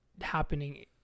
happening